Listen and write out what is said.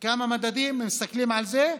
גם המדדים מצביעים על זה,